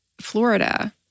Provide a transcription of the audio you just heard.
Florida